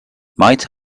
might